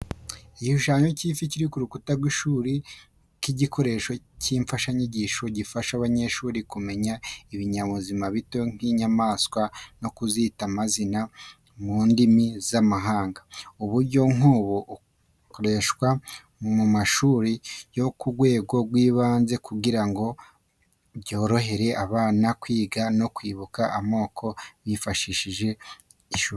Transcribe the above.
Igishushanyo cy'ifi kiri ku rukuta rw’ishuri nk’igikoresho cy’imfashanyigisho. Gifasha abanyeshuri kumenya ibinyabuzima bito nk’inyamaswa no kuzita amazina mu ndimi z’amahanga. Uburyo nk’ubu bukoreshwa mu mashuri yo ku rwego rw’ibanze kugira ngo byorohere abana kwiga no kwibuka amasomo bifashishije ishusho.